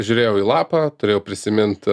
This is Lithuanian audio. žiūrėjau į lapą turėjau prisimint